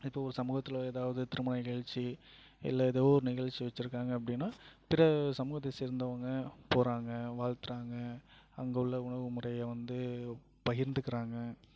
இப்போது ஒரு சமூகத்தில் ஏதாவது ஒரு திருமண நிகழ்ச்சி இல்லை ஏதோ ஒரு நிகழ்ச்சி வெச்சுருக்காங்க அப்படின்னா பிற சமூகத்தை சேர்ந்தவங்கள் போகிறாங்க வாழ்த்துறாங்க அங்கே உள்ள உணவு முறையை வந்து பகிர்ந்துக்கிறாங்கள்